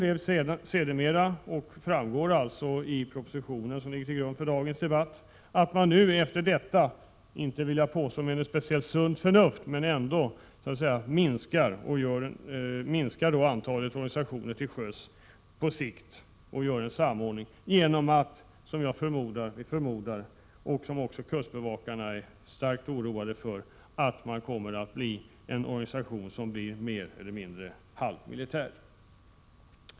Som framgår av den proposition som ligger till grund för dagens debatt, blev utgångspunkten sedermera att man efter detta — inte med speciellt sunt förnuft vill jag påstå — minskar antalet organisationer till sjöss på sikt och antagligen genomför en samordning genom att skapa en mer eller mindre halvmilitär organisation, som också kustbevakarna är starkt oroade för.